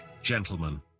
gentlemen